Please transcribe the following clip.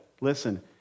listen